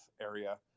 area